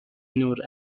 نور